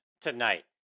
tonight